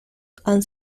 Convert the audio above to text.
han